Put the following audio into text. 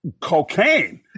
cocaine